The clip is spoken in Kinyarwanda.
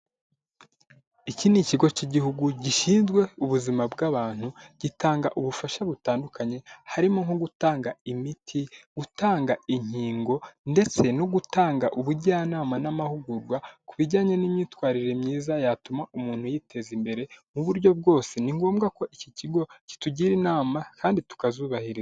Iki ni ikigo cy'igihugu gishinzwe ubuzima bw'abantu gitanga ubufasha butandukanye, harimo nko gutanga imiti, gutanga inkingo, ndetse no gutanga ubujyanama n'amahugurwa ku bijyanye n'imyitwarire myiza yatuma umuntu yiteza imbere, mu buryo bwose. Ni ngombwa ko iki kigo kitugira inama kandi tukazubahiriza.